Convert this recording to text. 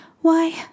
Why